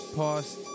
past